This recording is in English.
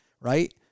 right